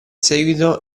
seguito